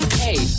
hey